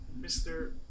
Mr